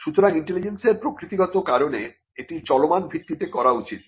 সুতরাং ইন্টেলিজেন্সের প্রকৃতিগত কারণে এটি চলমান ভিত্তিতে করা উচিত